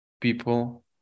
people